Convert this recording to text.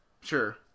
Sure